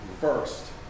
first